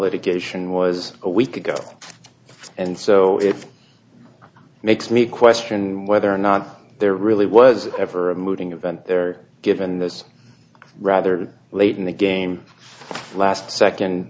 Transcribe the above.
litigation was a week ago and so it makes me question whether or not there really was ever a moving event there given this rather late in the game last second